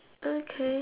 okay